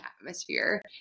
atmosphere